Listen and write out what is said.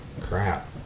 Crap